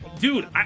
Dude